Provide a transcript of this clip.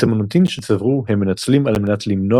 את המוניטין שצברו הם מנצלים על מנת למנוע